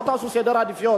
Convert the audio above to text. תעשו סדר עדיפויות,